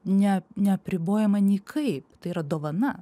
ne neapribojama niekaip tai yra dovana